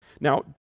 Now